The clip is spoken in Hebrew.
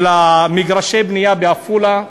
של מגרשי הבנייה בעפולה.